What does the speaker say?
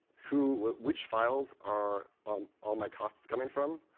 who, which files are um all my costs coming from.